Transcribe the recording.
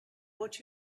what